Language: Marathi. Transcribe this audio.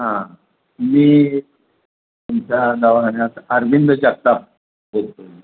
हां मी तुमच्या दवाखान्यात आरविंद जगताप बोलतो आहे मी